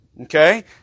okay